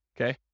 Okay